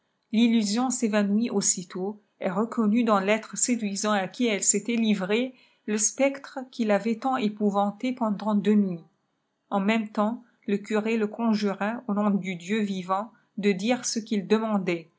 l'uliision s'évanouit aussitôt elle reconnut dans têlre séduisant à qui elle s'était livrée le spectre qui l'avait tant épouvantée pendant deux nuits en même temp le curé le conjura au nom du dieu vivant de dire ce qu'jl demandait